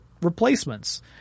replacements